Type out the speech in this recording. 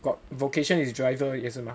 got vocation is driver 也是 mah